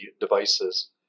devices